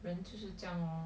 人就是这样 lor